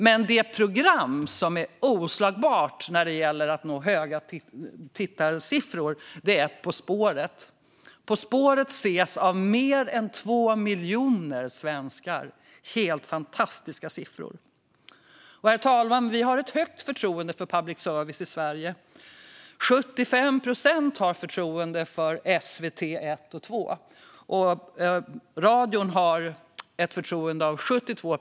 Men det program som är oslagbart när det gäller att nå höga tittarsiffror är På s påret , som ses av mer än 2 miljoner svenskar. Det är helt fantastiska siffror. Herr talman! Vi har ett högt förtroende för public service i Sverige - 75 procent har förtroende för SVT1 och SVT2, och 72 procent har förtroende för radion.